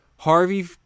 Harvey